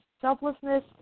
selflessness